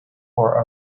for